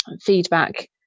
feedback